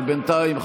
אבל בינתיים,